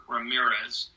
Ramirez